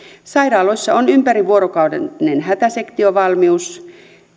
sairaaloissa on ympäri vuorokauden hätäsektiovalmius